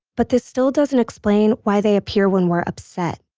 but this still doesn't explain why they appear when we're upset